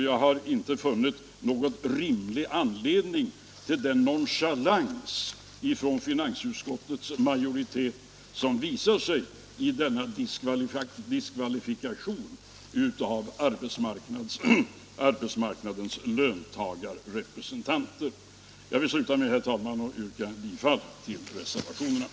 Jag har inte funnit någon rimlig anledning till den nonchalans finansutskottets majoritet visar genom denna diskvalifikation av arbetsmarknadens löntagarrepresentanter. Jag vill, herr talman, sluta med att yrka bifall till reservationerna.